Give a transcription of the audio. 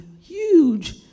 huge